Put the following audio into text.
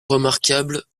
remarquables